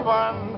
one